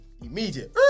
immediate